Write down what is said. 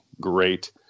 great